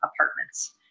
apartments